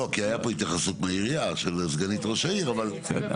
הייתה פה התייחסות של העירייה של סגנית ראש העיר אבל כהשלמה.